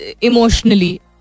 emotionally